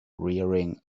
rearing